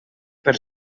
per